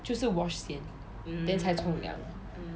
就是 wash 先 then 才冲凉